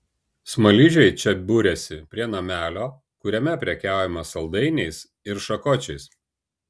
smaližiai čia buriasi prie namelio kuriame prekiaujama saldainiais ir šakočiais